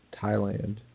Thailand